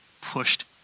pushed